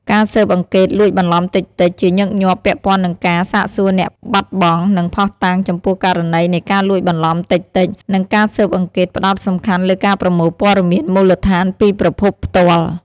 ការស៊ើបអង្កេតលួចបន្លំតិចៗ ជាញឹកញាប់ពាក់ព័ន្ធនឹងការសាកសួរអ្នកបាត់បង់ និងភស្តុតាងចំពោះករណីនៃការលួចបន្លំតិចៗ និងការស៊ើបអង្កេតផ្តោតសំខាន់លើការប្រមូលព័ត៌មានមូលដ្ឋានពីប្រភពផ្ទាល់។